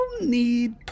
need